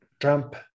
Trump